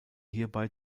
hierbei